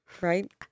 Right